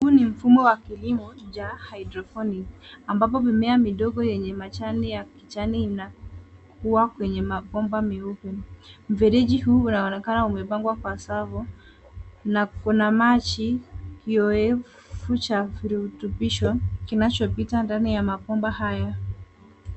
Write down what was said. Huu ni mfumo wa kilimo cha Hydroponic ambapo mimea midogo yenye majani ya kijani inakua kwenye mabomba meupe, mfereji huu unaonekana umepangwa kwa safu na kuna maji kiowevu cha kirutubisho kinachopita ndani ya mabomba haya.